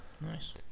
Nice